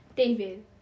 David